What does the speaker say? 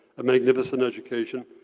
a magnificent education,